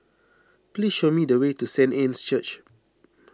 please show me the way to Saint Anne's Church